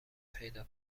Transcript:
پیدا